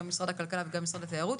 גם משרד הכלכלה וגם משרד התיירות,